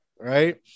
Right